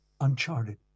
uncharted